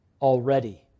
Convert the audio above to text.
already